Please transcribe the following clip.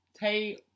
hey